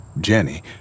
Jenny